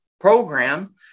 program